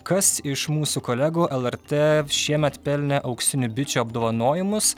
kas iš mūsų kolegų lrt šiemet pelnė auksinių bičių apdovanojimus